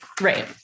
Right